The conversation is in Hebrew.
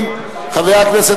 ברכות לחבר הכנסת